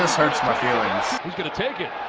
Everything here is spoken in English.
hurts my feelings. who's going to take it?